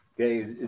okay